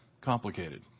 complicated